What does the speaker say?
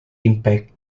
impact